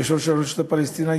יושב-ראש הרשות הפלסטינית,